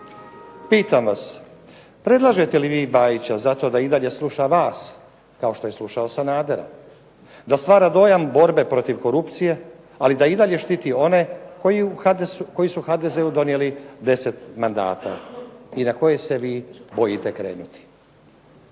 Pitam vas, predlažete li vi Bajića zato da i dalje sluša vas kao što je slušao Sanadera, da stvara dojam borbe protiv korupcije ali da i dalje štiti one koji su HDZ-u donijeli 10 mandata i na koje se vi bojite krenuti.